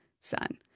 Son